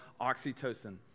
oxytocin